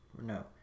No